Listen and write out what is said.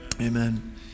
Amen